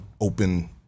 open